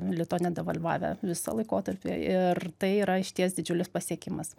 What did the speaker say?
lito nedevalvavę visą laikotarpį ir tai yra išties didžiulis pasiekimas